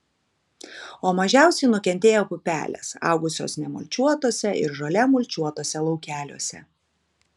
o mažiausiai nukentėjo pupelės augusios nemulčiuotuose ir žole mulčiuotuose laukeliuose